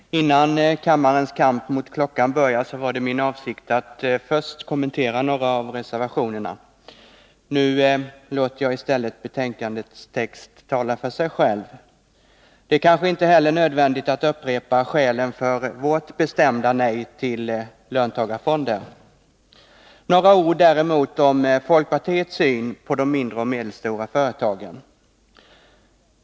Herr talman! Innan kammarens kamp mot klockan började var min avsikt att kommentera några av reservationerna. Nu låter jag i stället betänkandets text tala för sig själv. Det är kanske inte heller nödvändigt att upprepa skälen för vårt bestämda nej till löntagarfonderna. Några ord däremot om folkpartiets syn på de mindre och medelstora företagen!